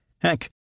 Heck